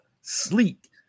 sleek